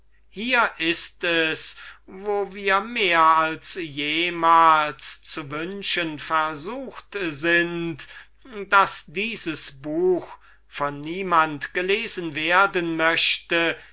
hier ist es wo wir mehr als jemals zu wünschen versucht sind daß dieses buch von niemand gelesen werden möchte